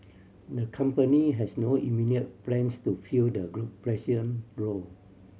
the company has no immediate plans to fill the group role